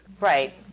Right